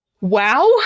wow